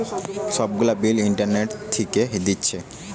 সব গুলা bill internet থিকে দিচ্ছে